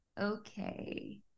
okay